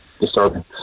disturbing